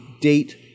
date